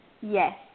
Yes